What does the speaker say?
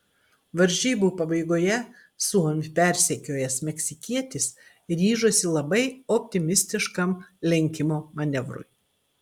varžybų pabaigoje suomį persekiojęs meksikietis ryžosi labai optimistiškam lenkimo manevrui